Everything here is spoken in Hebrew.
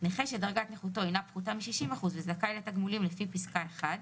(2)נכה שדרגת נכותו אינה פחותה מ־60% וזכאי לתגמולים לפי פסקה (1),